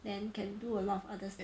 then can do a lot of other stuff